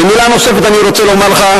ומלה נוספת אני רוצה לומר לך,